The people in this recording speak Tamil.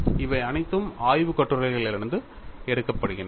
இவை அனைத்தும் ஆய்வுக் கட்டுரைகளிலிருந்து எடுக்கப்படுகின்றன